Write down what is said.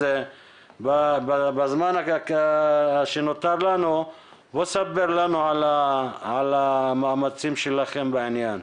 אז בזמן שנותר לנו ספר לנו על המאמצים שלכם בעניין.